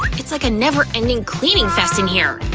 it's like a never-ending cleaning fest in here!